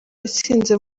yatsinze